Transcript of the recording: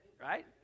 right